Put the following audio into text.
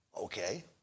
Okay